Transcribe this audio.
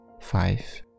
Five